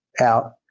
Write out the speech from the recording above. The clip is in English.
out